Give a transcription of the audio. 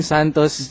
Santos